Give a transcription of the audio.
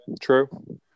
true